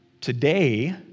today